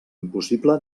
impossible